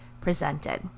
presented